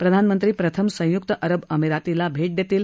प्रधानमंत्री प्रथम संय्क्त अरब अमिरातला भेट देतील